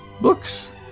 books